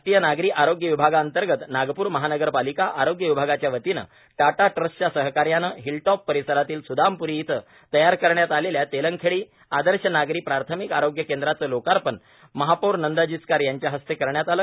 राष्ट्रीय नागरी आरोग्य अभियानांतर्गत नागपूर महानगरपालिका आरोग्य विभागाच्या वतीनं टाटा ट्रस्टच्या सहकार्यानं हिलटॉप परिसरातील स्दामप्री इथं तयार करण्यात आलक्ष्या तक्रांगखडी आदर्श नागरी प्राथमिक आरोग्य केंद्राचं लोकार्पण महापौर नंदा जिचकार यांच्या हस्त करण्यात आलं